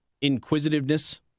inquisitiveness